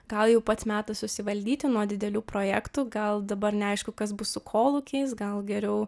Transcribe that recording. gal jau pats metas susivaldyti nuo didelių projektų gal dabar neaišku kas bus su kolūkiais gal geriau